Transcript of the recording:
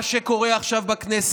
מה שקורה פה עכשיו בכנסת